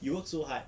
you work so hard